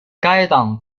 该党